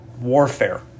warfare